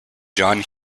john